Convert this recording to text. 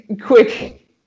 quick